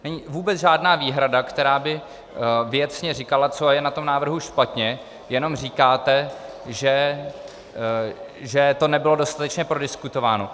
Není vůbec žádná výhrada, která by věcně říkala, co je na tom návrhu špatně, jenom říkáte, že to nebylo dostatečně prodiskutováno.